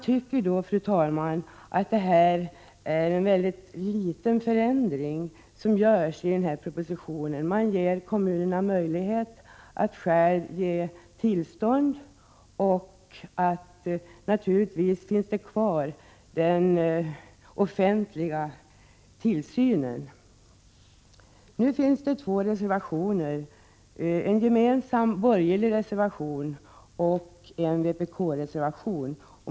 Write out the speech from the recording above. Det kan tyckas, fru talman, att det är en mycket liten förändring som föreslås i propositionen. Kommunerna får möjlighet att själva ge tillstånd till förskoleeller fritidshemsverksamhet. Den offentliga tillsynen finns naturligtvis kvar. I utskottsbetänkandet finns två reservationer, en gemensam borgerlig reservation och en vpk-reservation.